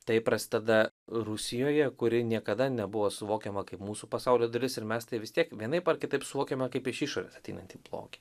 tai prasideda rusijoje kuri niekada nebuvo suvokiama kaip mūsų pasaulio dalis ir mes tai vis tiek vienaip ar kitaip suvokiame kaip iš išorės ateinantį blogį